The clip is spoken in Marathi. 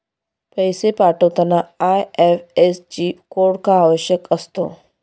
पैसे पाठवताना आय.एफ.एस.सी कोड का आवश्यक असतो?